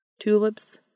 Tulips